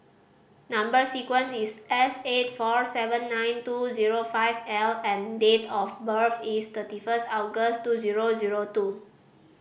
number sequence is S eight four seven nine two zero five L and date of birth is thirty first August two zero zero two